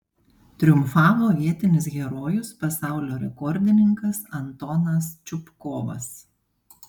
triumfavo vietinis herojus pasaulio rekordininkas antonas čupkovas